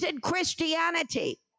Christianity